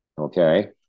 okay